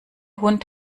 hund